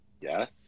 Yes